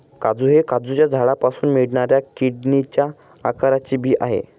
काजू हे काजूच्या झाडापासून मिळणाऱ्या किडनीच्या आकाराचे बी आहे